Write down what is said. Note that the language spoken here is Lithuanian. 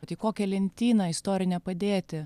o tai kokią lentyną istorinę padėti